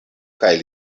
kaj